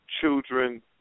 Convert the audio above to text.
children